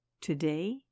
Today